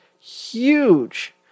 huge